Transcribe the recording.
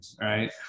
right